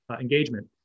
engagement